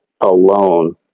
alone